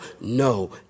No